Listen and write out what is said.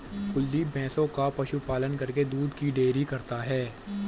कुलदीप भैंसों का पशु पालन करके दूध की डेयरी करता है